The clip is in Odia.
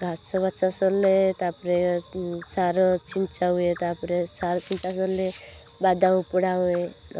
ଘାସ ବଛା ସରିଲେ ତା'ପରେ ସାର ଛିଞ୍ଚା ହୁଏ ତା'ପରେ ସାର ଛିଞ୍ଚା ସରିଲେ ବାଦାମ ଉପୁଡ଼ା ହୁଏ